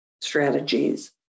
strategies